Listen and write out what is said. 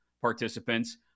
participants